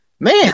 Man